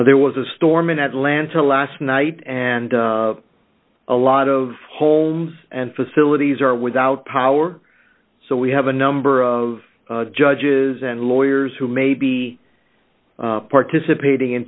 cases there was a storm in atlanta last night and a lot of homes and facilities are without power so we have a number of judges and lawyers who may be participating in